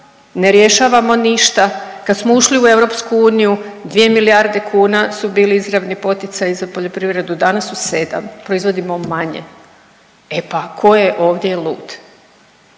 ne rješavamo ništa. Kad smo ušli u EU 2 milijarde kuna su bili izravni poticaji za poljoprivredu, danas su 7. Proizvodimo manje. E pa tko je ovdje lud?